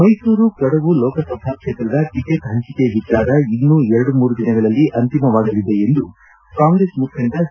ಮೈಸೂರು ಕೊಡಗು ಲೋಕಸಭಾ ಕ್ಷೇತ್ರದ ಟಿಕೆಟ್ ಪಂಚಿಕೆ ವಿಚಾರ ಇನ್ನೂ ಎರಡು ಮೂರು ದಿನಗಳಲ್ಲಿ ಅಂತಿಮವಾಗಲಿದೆ ಎಂದು ಕಾಂಗ್ರೆಸ್ ಮುಖಂಡ ಸಿ